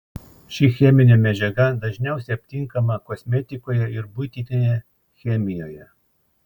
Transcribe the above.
ši cheminė medžiaga dažniausiai aptinkama kosmetikoje ir buitinėje chemijoje